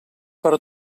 per